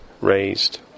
raised